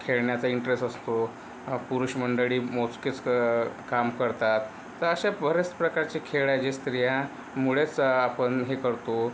खेळण्याचा इंटरेस्ट असतो पुरुष मंडळी मोजकेच काम करतात तर अशा बऱ्याच प्रकारचे खेळ आहे जे स्त्रियांमुळेच आपण हे करतो